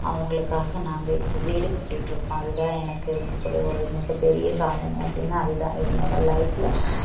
அவங்களுக்காக நாங்கள் இப்போ வீடு கட்டிகிட்டு இருக்கோம் அது தான் எனக்கு இருக்க கூடிய ஒரு மிகப்பெரிய சாதனை அப்படின்னா அது தான் என்னோட லைஃப்பில்